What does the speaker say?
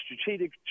strategic